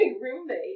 roommate